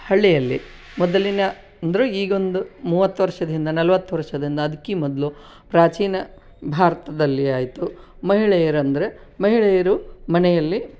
ಹಳ್ಳಿಯಲ್ಲಿ ಮೊದಲಿನ ಅಂದರು ಈಗೊಂದು ಮೂವತ್ತು ವರ್ಷದಿಂದ ನಲ್ವತ್ತು ವರ್ಷದಿಂದ ಅದಕ್ಕೆ ಮೊದಲು ಪ್ರಾಚೀನ ಭಾರತದಲ್ಲಿ ಆಯಿತು ಮಹಿಳೆಯರಂದರೆ ಮಹಿಳೆಯರು ಮನೆಯಲ್ಲಿ